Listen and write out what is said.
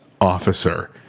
officer